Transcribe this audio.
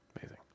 Amazing